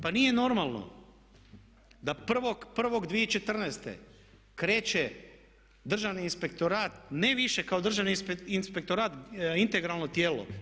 Pa nije normalno da 1.01.2014. kreće Državni inspektorat ne više kao Državni inspektorat integralno tijelo.